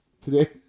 today